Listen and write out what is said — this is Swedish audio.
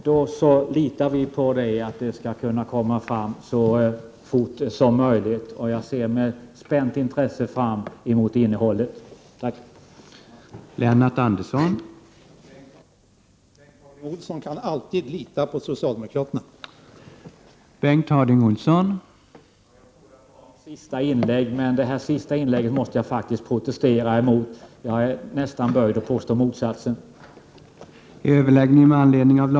Herr talman! Jag trodde att det förra var mitt sista anförande i det här ärendet, men Lennart Anderssons senaste inlägg måste jag faktiskt protestera emot. Jag är nämligen böjd att påstå motsatsen.